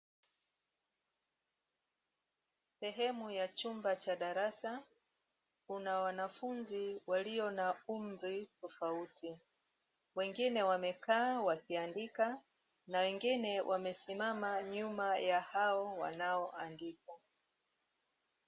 Sehemu ya chumba cha darasa, kuna wanafunzi waliyo na umri tofauti, wengine wamekaa wakiandika na wengine wamesimama nyuma ya hao wanaoandika.